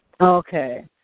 Okay